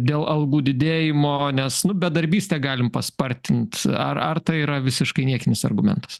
dėl algų didėjimo nes bedarbystę galim paspartint ar ar tai yra visiškai niekinis argumentas